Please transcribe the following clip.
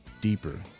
deeper